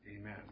Amen